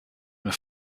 mehr